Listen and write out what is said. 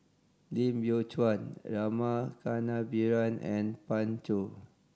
Lim Biow Chuan Rama Kannabiran and Pan Shou